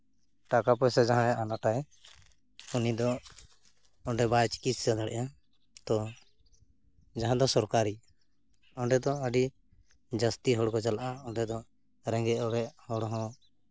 ᱴᱟᱠᱟ ᱯᱚᱭᱥᱟ ᱡᱟᱦᱟᱸᱭ ᱟᱱᱟᱴᱟᱭ ᱩᱱᱤ ᱫᱚ ᱚᱸᱰᱮ ᱵᱟᱭ ᱪᱤᱠᱤᱛᱥᱟ ᱫᱟᱲᱮᱭᱟᱜᱼᱟ ᱛᱚ ᱡᱟᱦᱟᱸ ᱫᱚ ᱥᱚᱨᱠᱟᱨᱤ ᱚᱸᱰᱮ ᱫᱚ ᱟᱹᱰᱤ ᱡᱟᱹᱥᱛᱤ ᱦᱚᱲᱠᱚ ᱪᱟᱞᱟᱜᱼᱟ ᱚᱸᱰᱮ ᱫᱚ ᱨᱮᱸᱜᱮᱡ ᱚᱨᱮᱡ ᱦᱚᱲ ᱦᱚᱸ